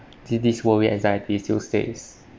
till this world where anxiety still stays